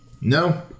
No